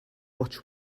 much